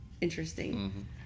interesting